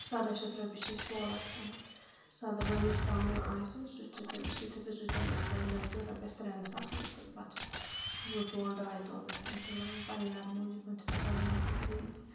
سداہ شیٚتھ رۄپیہِ چھِ أسۍ تولَس ہؠوان سد وۄنۍ یُس پَنُن آسہِ سُہ چھُ تٔمِس یِتھٕے پٲٹھۍ سُہ چھُ دپان مےٚ ترٛٲیِو مےٚ لٔگۍ زیو رۄپیَس ترٛؠن ساسَن تہٕ پَتہٕ چھِس زٕ تول ڈاے تولہٕ گژھان تِلہٕ وۄنۍ پَنٕنٮ۪ر موٗجوٗبَن تِم چھِ دَپان وَنۍ ہُہ تہِ یہِ تہِ